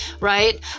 right